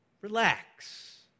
Relax